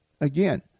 again